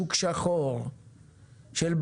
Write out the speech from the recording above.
טוס מקנדה או פורטוגל לישראל הוא יקר יותר ולכן בסופו של דבר